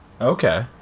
Okay